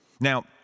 Now